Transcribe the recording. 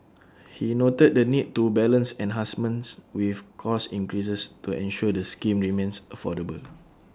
he noted the need to balance enhancements with cost increases to ensure the scheme remains affordable